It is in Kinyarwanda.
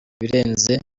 birenze